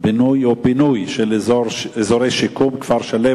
בינוי ופינוי של אזורי שיקום, כפר-שלם,